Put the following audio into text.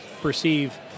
perceive